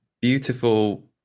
beautiful